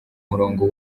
murongo